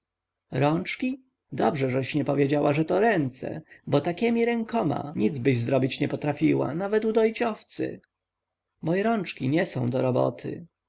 rączki dobrze żeś nie powiedziała że to ręce bo takiemi rękoma nicbyś zrobić nie potrafiła nawet udoić owcy moje rączki nie są do roboty